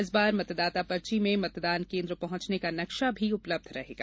इस बार मतदाता पर्ची में मतदान केन्द्र पहँचने का नक्शा भी उपलब्ध रहेगा